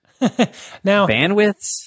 bandwidths